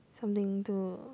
something to